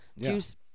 juice